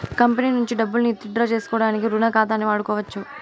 company నుంచి డబ్బుల్ని withdraw సేసుకోడానికి రుణ ఖాతాని వాడుకోవచ్చు